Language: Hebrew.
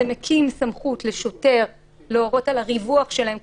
זה מקים סמכות לשוטר להורות על הריווח שלהם,